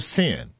sin